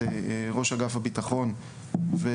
רועי; את ראש אגף הביטחון במשרד,